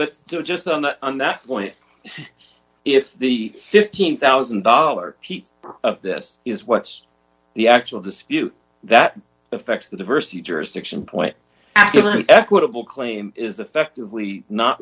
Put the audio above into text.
but just on that on that point if the fifteen thousand dollars piece this is what's the actual dispute that affects the diversity jurisdiction point absolutely equitable claim is affectively not